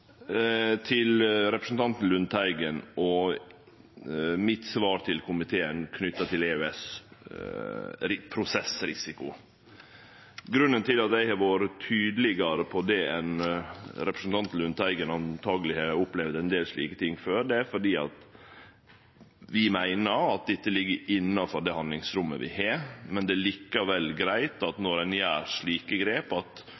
til representanten Lundteigen og mitt svar til komiteen knytt til EØS og prosessrisiko. Grunnen til at eg har vore tydelegare på det enn representanten Lundteigen truleg har opplevd ved ein del slike ting før, er at vi meiner at dette ligg innanfor det handlingsrommet vi har. Det er likevel greitt når ein tek slike grep, at